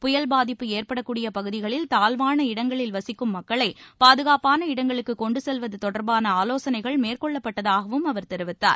புயல் பாதிப்பு ஏற்படக்கூடிய பகுதிகளில் தாழ்வான இடங்களில் வசிக்கும் மக்களை பாதுகாப்பான இடங்களுக்கு கொண்டுசெல்வது தொடர்பாள ஆலோசனைகள் மேற்கொள்ளப்பட்டதாகவும் அவர் தெரிவித்தார்